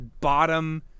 bottom